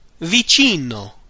Vicino